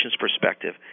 perspective